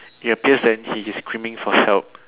it appears that he is screaming for help